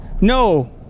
No